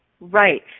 Right